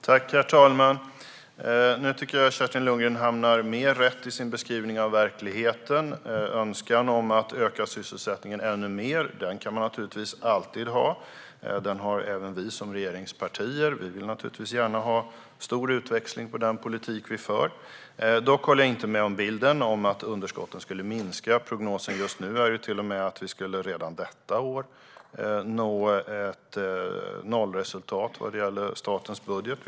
Herr talman! Nu tycker jag att Kerstin Lundgren hamnar mer rätt i sin beskrivning av verkligheten. En önskan om att öka sysselsättningen ännu mer kan man naturligtvis alltid ha. Den har även vi som regeringsparti. Vi vill naturligtvis gärna ha stor utväxling på den politik vi för. Dock instämmer jag inte i bilden av att underskotten skulle minska. Prognosen just nu är till och med att vi redan detta år kommer att nå ett nollresultat vad gäller statens budget.